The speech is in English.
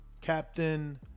captain